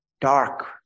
dark